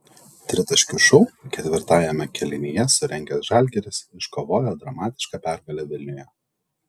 tritaškių šou ketvirtajame kėlinyje surengęs žalgiris iškovojo dramatišką pergalę vilniuje